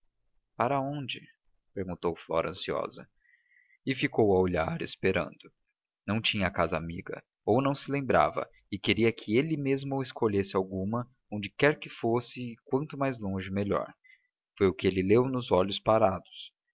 para onde perguntou flora ansiosa e ficou a olhar esperando não tinha casa amiga ou não se lembrava e queria que ele mesmo escolhesse alguma onde quer que fosse e quanto mais longe melhor foi o que ele leu nos olhos parados